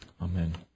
Amen